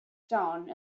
stone